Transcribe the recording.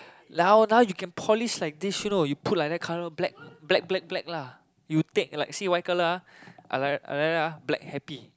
like how now you can polish like this you know you put like that colour black black black black lah you take like see white colour ah like uh like that ah black happy